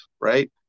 Right